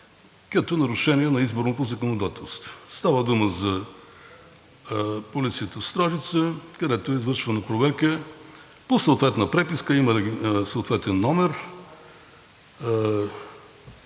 като нарушение на изборното законодателство. Става дума за полицията в Стражица, където е извършена проверка по съответна преписка, има съответен номер.